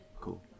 Cool